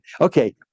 Okay